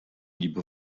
die